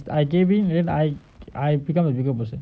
I gave in then I I become the bigger person